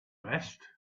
vest